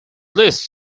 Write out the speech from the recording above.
lists